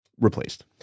replaced